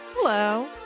hello